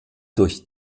durch